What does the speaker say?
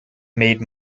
made